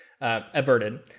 averted